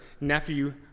nephew